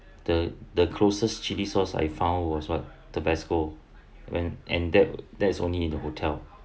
the the closest chilli sauce I found was what tabasco when and that that is only in the hotel